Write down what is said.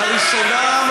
לראשונה,